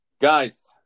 guys